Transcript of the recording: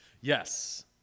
yes